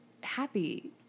happy